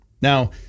Now